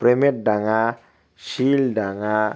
প্রেমের ডাঙা শীল ডাঙা